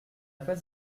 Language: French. pas